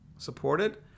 supported